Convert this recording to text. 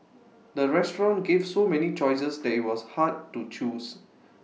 the restaurant gave so many choices that IT was hard to choose